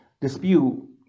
dispute